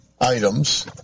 items